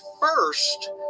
first